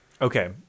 okay